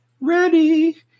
Ready